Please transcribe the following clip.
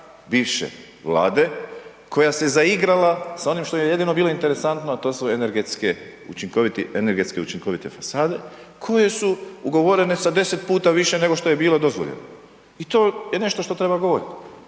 bivše Vlade koja se zaigrala sa onim što joj je jedino bilo interesantno a to su energetske, učinkoviti, energetski učinkovite fasade koje su ugovorene sa 10 puta više nego što je bilo dozvoljeno i to je nešto što treba govoriti